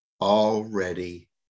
already